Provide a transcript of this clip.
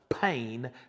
pain